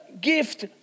gift